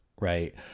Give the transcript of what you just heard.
right